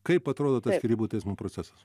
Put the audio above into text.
kaip atrodo tas skyrybų teismo procesas